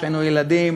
כשהיינו ילדים